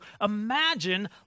imagine